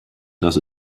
das